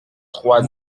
trois